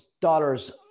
dollars